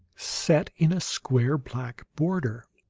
set in a square black border,